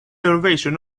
elevation